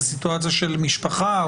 זאת סיטואציה של משפחה.